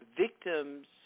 victims